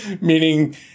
Meaning